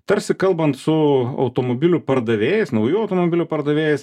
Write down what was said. tarsi kalbant su automobilių pardavėjais naujų automobilių pardavėjais